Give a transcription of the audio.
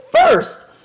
first